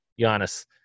Giannis